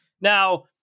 Now